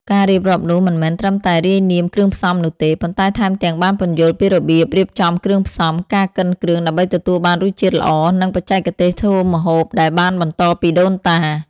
ការរៀបរាប់នោះមិនមែនត្រឹមតែរាយនាមគ្រឿងផ្សំនោះទេ ប៉ុន្តែថែមទាំងបានពន្យល់ពីរបៀបរៀបចំគ្រឿងផ្សំ ការកិនគ្រឿងដើម្បីទទួលបានរសជាតិល្អ និងបច្ចេកទេសធ្វើម្ហូបដែលបានបន្តពីដូនតា។